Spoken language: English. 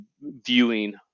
viewing